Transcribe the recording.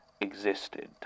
existed